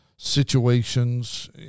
situations